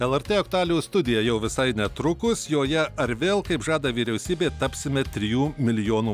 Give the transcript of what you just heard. lrt aktualijų studija jau visai netrukus joje ar vėl kaip žada vyriausybė tapsime trijų milijonų